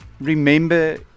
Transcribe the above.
remember